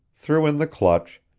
threw in the clutch,